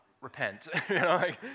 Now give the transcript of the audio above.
Repent